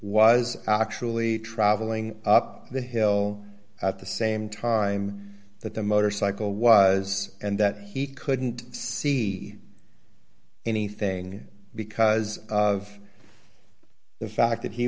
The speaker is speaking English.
was actually traveling up the hill at the same time that the motorcycle was and that he couldn't see anything because of the fact that he